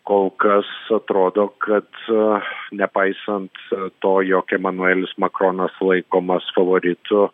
kol kas atrodo kad nepaisant to jog emanuelis makronas laikomas favoritu